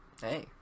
Hey